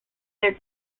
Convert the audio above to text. their